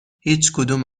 هیچکدوم